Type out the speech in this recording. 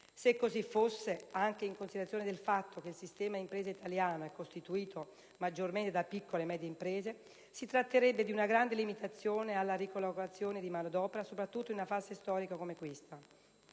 Se così fosse, anche in considerazione del fatto che il sistema italiano delle imprese è costituito in prevalenza da piccole e medie imprese, si tratterebbe di una grande limitazione alla ricollocazione di manodopera, soprattutto in una fase storica come questa.